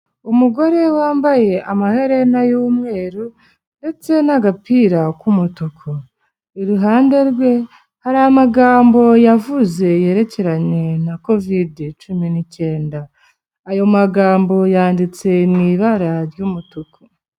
Umugore wambaye amaherena y'umweru ndetse n'agapira k'umutuku, iruhande rwe hari amagambo yavuze yerekeranye na Kovide Cumi n'Icyenda, ayo magambo yanditse mu ibara ry'umutuku.